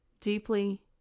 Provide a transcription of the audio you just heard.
deeply